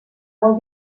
molt